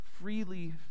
freely